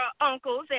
uncles